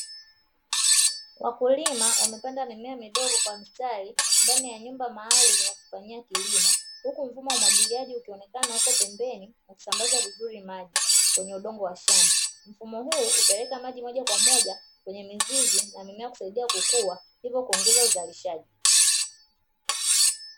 Wakulima wamepanda mimea midogo kwa mstari ndani ya nyumba maalumu ya kufanyia kilimo, huku mfumo wa umwagiliaji ukionekana huko pembeni kusambaza vizuri maji kwenye udongo wa shamba. Mfumo huu hupeleka maji moja kwa moja kwenye mizizi na mimea kusaidia kukua, hivyo kuongeza uzalishaji.